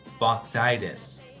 foxitis